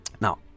Now